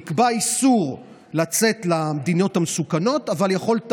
נקבע איסור לצאת למדינות המסוכנות אבל יכולת